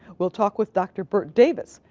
we'll talk with dr. bert davis,